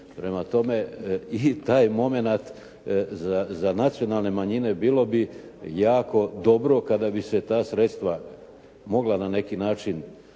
Prema tome, i taj moment za nacionalne manjine bilo bi jako dobro kada bi se ta sredstva mogla na neki način